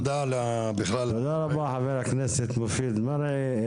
תודה רבה חבר הכנסת מופיד מרעי.